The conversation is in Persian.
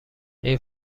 این